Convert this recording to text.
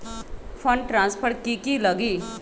Fund transfer कि की लगी?